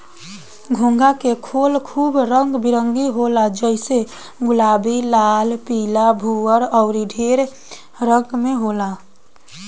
घोंघा के खोल खूब रंग बिरंग होला जइसे गुलाबी, लाल, पीला, भूअर अउर ढेर रंग में होला